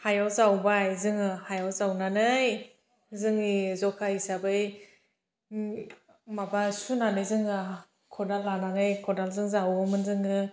हायाव जावबाय जोङो हायाव जावनानै जोंनि जखा हिसाबै माबा सुनानै जोङा खदाल लानानै खदालजों जावोमोन जोङो